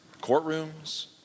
courtrooms